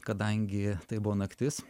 kadangi tai buvo naktis